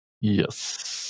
Yes